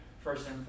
first